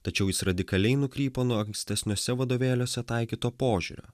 tačiau jis radikaliai nukrypo nuo ankstesniuose vadovėliuose taikyto požiūrio